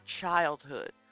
childhood